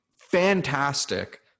fantastic